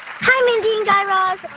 hi, mindy and guy raz.